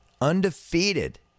undefeated